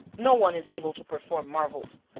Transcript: no one is able to perform marvels.